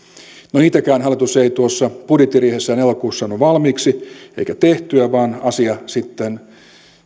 no niitäkään hallitus ei tuossa budjettiriihessään elokuussa saanut valmiiksi eikä tehtyä vaan asia sitten